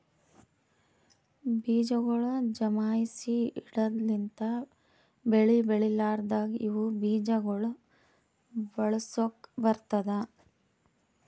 ಬೀಜಗೊಳ್ ಜಮಾಯಿಸಿ ಇಡದ್ ಲಿಂತ್ ಬೆಳಿ ಬೆಳಿಲಾರ್ದಾಗ ಇವು ಬೀಜ ಗೊಳ್ ಬಳಸುಕ್ ಬರ್ತ್ತುದ